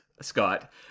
Scott